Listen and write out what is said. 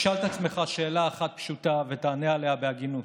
תשאל את עצמך שאלה אחת פשוטה ותענה עליה בהגינות: